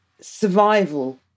survival